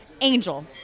Angel